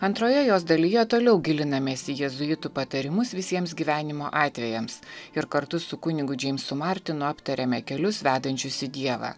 antroje jos dalyje toliau gilinamės į jėzuitų patarimus visiems gyvenimo atvejams ir kartu su kunigu džeimsu martinu aptariame kelius vedančius į dievą